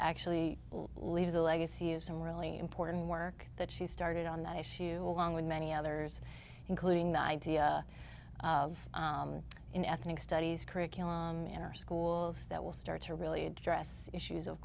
actually leaves a legacy of some really important work that she started on that issue along with many others including the idea in ethnic studies curriculum in our schools that will start to really address issues of